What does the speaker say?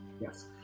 Yes